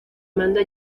manda